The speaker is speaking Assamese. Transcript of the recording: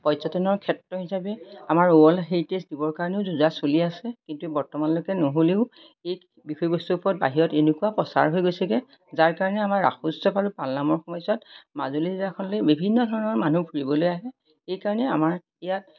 পৰ্যটনৰ ক্ষেত্ৰ হিচাপে আমাৰ ৱৰ্ল্ড হেৰিটেজ দিবৰ কাৰণেও যো জা চলি আছে কিন্তু বৰ্তমানলৈকে নহ'লেও এই বিষয়বস্তুৰ ওপৰত বাহিৰত এনেকুৱা প্ৰচাৰ হৈ গৈছেগৈ যাৰ কাৰণে আমাৰ ৰাস উৎসৱ আৰু পালনামৰ সময়ছোৱাত মাজুলী জিলাখনলৈ বিভিন্ন ধৰণৰ মানুহ ফুৰিবলৈ আহে এইকাৰণে আমাৰ ইয়াত